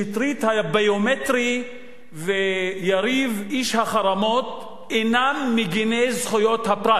שטרית הביומטרי ויריב איש החרמות אינם מגיני זכויות הפרט.